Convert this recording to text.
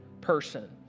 person